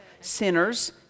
sinners